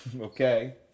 Okay